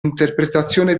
interpretazione